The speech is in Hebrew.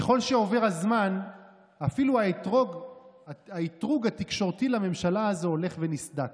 ככל שעובר הזמן אפילו האתרוג התקשורתי לממשלה הזו הולך ונסדק.